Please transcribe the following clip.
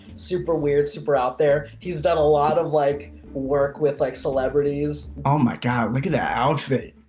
super weird, super out there. he's done a lot of like work with like celebrities. oh my god. look at that outfit.